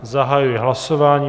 Zahajuji hlasování.